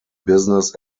business